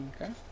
Okay